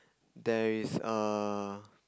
there is a